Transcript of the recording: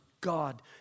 God